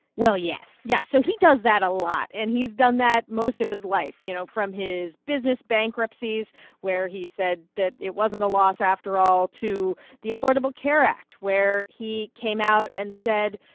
well, yes yeah. so he does that a lot. and he's done that most of his life, you know, from his business bankruptcies where he said that it wasn't a loss after all to the affordable care act, where he came out and said,